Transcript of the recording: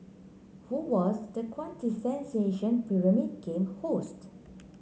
who was the quintessential Pyramid Game host